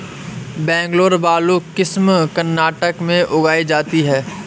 Bangalore blue किस्म कर्नाटक में उगाई जाती है